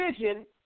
vision